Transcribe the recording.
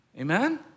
Amen